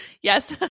Yes